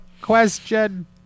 question